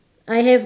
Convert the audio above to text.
I have